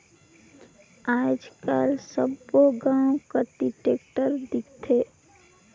आएज काएल सब्बो गाँव कती टेक्टर दिखथे